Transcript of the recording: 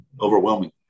overwhelming